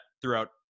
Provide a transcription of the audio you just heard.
throughout